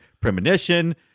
premonition